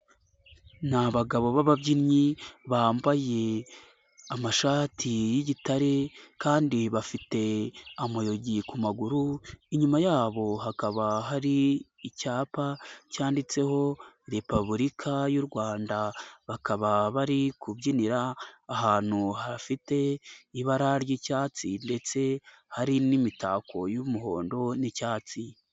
Ni abagabo b'ababyinnyi bambaye amashati y'igitare kandi bafite amayugi ku maguru, inyuma yabo hakaba hari icyapa cyanditseho Repubulika y'u Rwanda, bakaba bari kubyinira ahantu hafite ibara ry'icyatsi ndetse hari n'imitako y'umuhondo n'icyatsi.